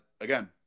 again